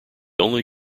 only